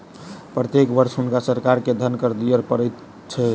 प्रत्येक वर्ष हुनका सरकार के धन कर दिअ पड़ैत छल